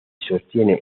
sostiene